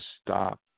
stop